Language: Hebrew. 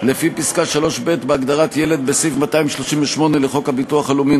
לפי פסקה (3)(ב) בהגדרת "ילד" בסעיף 238 לחוק הביטוח הלאומי ,